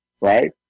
right